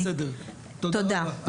את לא בסדר, תודה רבה.